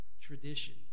tradition